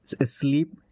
asleep